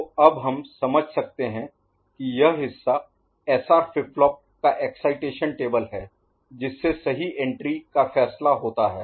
तो अब हम समझ सकते हैं कि यह हिस्सा SR फ्लिप फ्लॉप का एक्साइटेशन टेबल है जिससे सही एंट्री का फैसला होता है